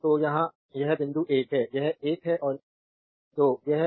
तो यहाँ यह बिंदु 1 है यह 1 है और 2 यह एक लैंप है